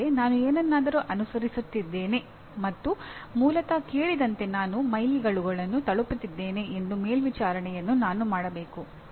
ಅಂದರೆ ನಾನು ಏನನ್ನಾದರೂ ಅನುಸರಿಸುತ್ತಿದ್ದೇನೆ ಮತ್ತು ಮೂಲತಃ ಕೇಳಿದಂತೆ ನಾನು ಮೈಲಿಗಲ್ಲುಗಳನ್ನು ತಲುಪುತ್ತಿದ್ದೇನೆ ಎಂಬ ಮೇಲ್ವಿಚಾರಣೆಯನ್ನು ನಾನು ಮಾಡಬೇಕು